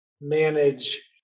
manage